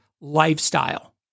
lifestyle